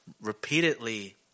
repeatedly